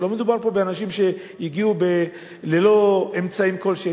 לא מדובר פה באנשים שהגיעו ללא אמצעים כלשהם.